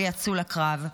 ויצאו לקרב.